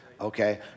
okay